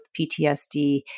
PTSD